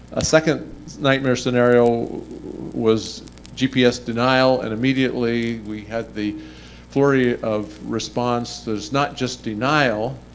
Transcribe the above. a second nightmare scenario was gps denial, and immediately we had the flurry of response. there's not just denial,